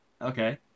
Okay